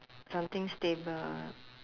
something stable ah